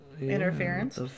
interference